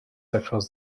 across